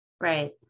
right